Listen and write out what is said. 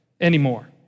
anymore